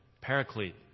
paraclete